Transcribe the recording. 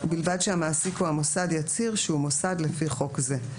ובלבד שהמעסיק או המוסד יצהיר שהוא מוסד לפי חוק זה.